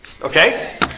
okay